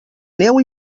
neu